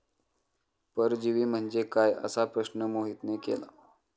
परजीवी म्हणजे काय? असा प्रश्न मोहितने केला